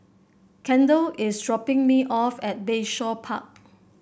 Kendall is dropping me off at Bayshore Park